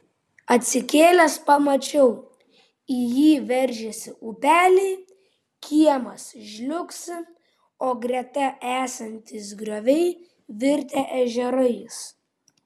atsikėlęs pamačiau į jį veržiasi upeliai kiemas žliugsi o greta esantys grioviai virtę ežerais